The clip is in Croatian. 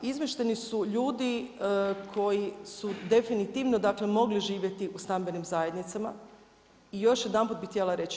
Izmješteni su ljudi koji su definitivno mogli živjeti u stambenim zajednicama i još jedanput bi htjela reći.